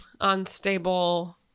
unstable